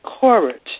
courage